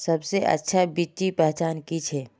सबसे अच्छा बिच्ची पहचान की छे?